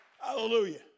Hallelujah